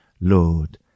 Lord